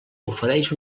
ofereix